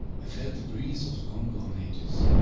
i felt the breeze of long-gone ages.